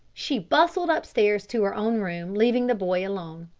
she bustled upstairs to her own room, leaving the boy alone.